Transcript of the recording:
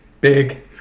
Big